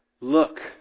Look